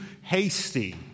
hasty